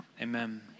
Amen